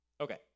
Okay